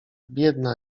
biedna